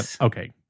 Okay